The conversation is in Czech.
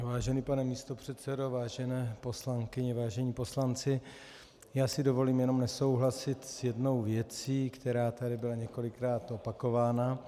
Vážený pane místopředsedo, vážené poslankyně, vážení poslanci, já si dovolím jenom nesouhlasit s jednou věcí, která tady byla několikrát opakována.